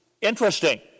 interesting